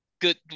good